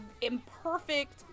imperfect